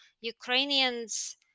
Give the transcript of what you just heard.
Ukrainians